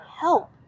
help